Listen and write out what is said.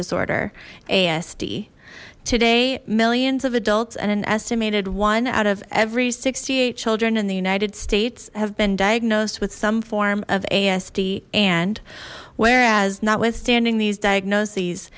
disorder asd today millions of adults and an estimated one out of every sixty eight children in the united states have been diagnosed with some form of asd and whereas notwithstanding these diagnoses